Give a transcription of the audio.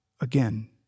again